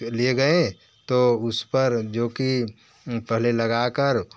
ले गए तो उस पर जो कि पहले लगा कर